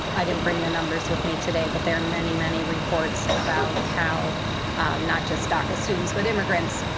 i didn't bring the numbers with me today, but there are many, many reports about how not just daca students but immigrants